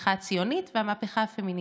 המהפכה הציונית והמהפכה הפמיניסטית.